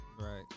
Right